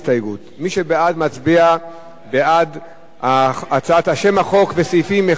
מי שבעד, מצביע בעד שם החוק וסעיפים 1 4,